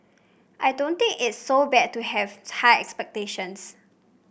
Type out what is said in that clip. I don't think it's so bad to have high expectations